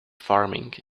farming